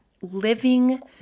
living